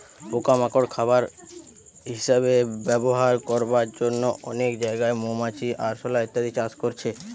পোকা মাকড় খাবার হিসাবে ব্যবহার করবার জন্যে অনেক জাগায় মৌমাছি, আরশোলা ইত্যাদি চাষ করছে